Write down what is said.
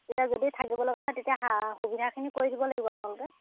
এতিয়া যদি থাকিব লগা হয় তেতিয়া সা সুবিধাখিনি কৰি দিব লাগিব আপোনালোকে